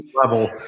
level